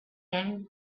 die